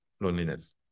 loneliness